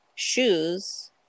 shoes